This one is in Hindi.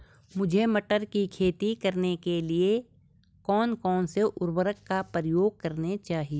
मुझे मटर की खेती करने के लिए कौन कौन से उर्वरक का प्रयोग करने चाहिए?